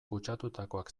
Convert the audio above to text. kutsatutakoak